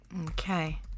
okay